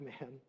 man